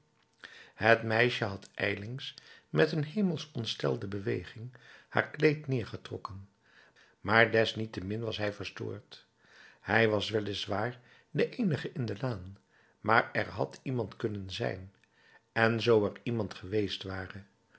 het meisje had ijlings met een hemelsch ontstelde beweging haar kleed neergetrokken maar desniettemin was hij verstoord hij was wel is waar de eenige in de laan maar er had iemand kunnen zijn en zoo er iemand geweest ware